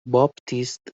باپتیست